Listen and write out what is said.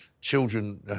children